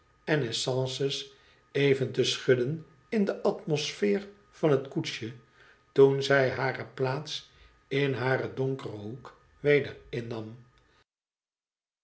en essences even te schudden in de atmospheer van het koetsje toen zij hare plaats mhaar donkeren hoek weder innam